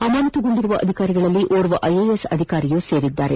ಅಮಾನತುಗೊಂಡಿರುವ ಅಧಿಕಾರಿಗಳಲ್ಲಿ ಓರ್ವ ಐಎಎಸ್ ಅಧಿಕಾರಿಯೂ ಸೇರಿದ್ದಾರೆ